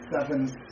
seven